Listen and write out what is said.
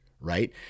Right